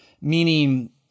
meaning